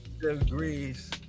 degrees